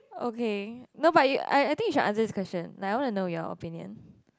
okay no but you I I think you should answer this question like I wanna know your opinion